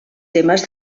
temes